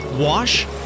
Wash